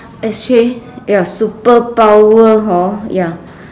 actually ya superpower hor ya